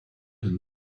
and